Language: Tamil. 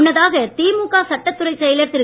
முன்னதாக திமுக சட்டத்துறைச் செயலர் திரு